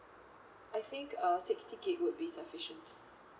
I think uh sixty gig would be sufficient